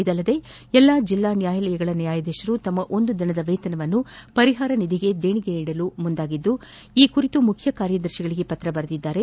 ಇದಲ್ಲದೆ ಎಲ್ಲಾ ಜಿಲ್ಲಾ ನ್ಯಾಯಾಲಯಗಳ ನ್ಯಾಯಾಧೀಶರು ತಮ್ಮ ಒಂದು ದಿನದ ವೇತನವನ್ತು ಪರಿಹಾರ ನಿಧಿಗೆ ದೇಣಿಗೆ ನೀಡಲು ಮುಂದಾಗಿದ್ದು ಈ ಕುರಿತು ಮುಖ್ಯ ಕಾರ್ಯದರ್ಶಿಗಳಿಗೆ ಪತ್ರ ಬರೆದಿದ್ದಾರೆ